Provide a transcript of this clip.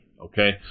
Okay